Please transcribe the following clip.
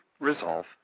resolve